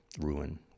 ruin